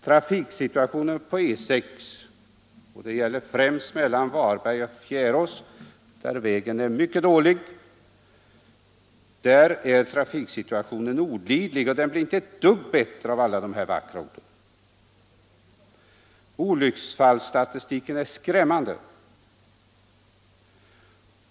Trafiksituationen på E 6 — det gäller främst mellan Varberg och Fjärås, där vägen är mycket dålig — är olidlig, och den blir inte ett dugg bättre av de här vackra orden. Olycksfallsstatistiken är skrämmande.